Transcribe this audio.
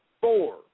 four